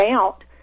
out